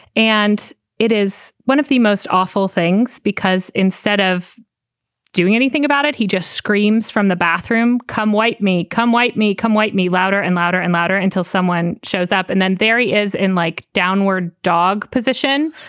and it is one of the most awful things because instead of doing anything about it, he just screams from the bathroom come white me, come white me, come white me. louder and louder and louder until someone shows up and then there he is in like downward dog position